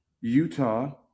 Utah